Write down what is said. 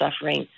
suffering